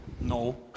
No